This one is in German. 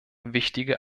wichtige